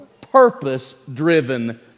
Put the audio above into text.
purpose-driven